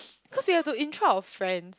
cause we have to intro our friends